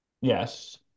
Yes